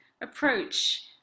approach